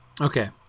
Okay